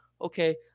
okay